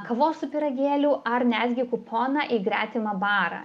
kavos su pyragėliu ar netgi kuponą į gretimą barą